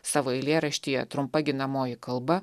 savo eilėraštyje trumpa ginamoji kalba